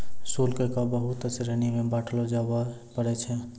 शुल्क क बहुत श्रेणी म बांटलो जाबअ पारै छै